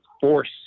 force